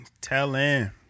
telling